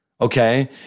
okay